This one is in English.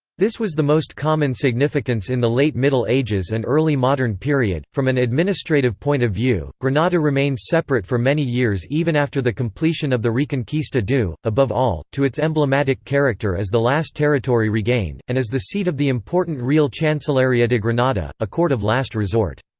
this was the most common significance in the late middle ages and early modern period from an administrative point of view, granada remained separate for many years even after the completion of the reconquista due, above all, to its emblematic character as the last territory regained, and as the seat of the important real chancilleria de granada, a court of last resort.